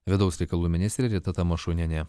vidaus reikalų ministrė rita tamašunienė